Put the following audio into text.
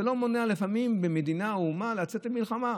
זה לא מונע לפעמים ממדינה או מאומה לצאת למלחמה.